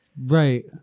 Right